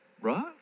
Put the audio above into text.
Right